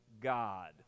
God